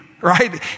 right